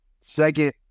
Second